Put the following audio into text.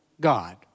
God